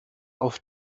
auf